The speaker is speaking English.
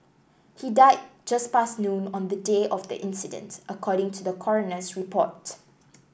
he died just past noon on the day of the incident according to the coroner's report